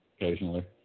occasionally